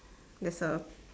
there's A